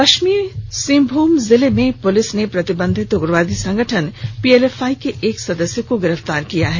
पश्चिमी सिंहभूम जिले में पुलिस ने प्रतिबंधित उग्रवादी संगठन पीएलएफआई के एक सदस्य को गिरफ्तार किया है